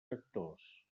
sectors